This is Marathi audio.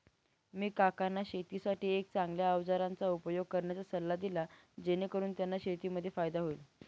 मी काकांना शेतीसाठी एक चांगल्या अवजारांचा उपयोग करण्याचा सल्ला दिला, जेणेकरून त्यांना शेतीमध्ये फायदा होईल